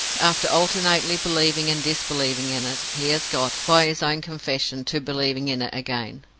after alternately believing and disbelieving in it, he has got, by his own confession, to believing in it again.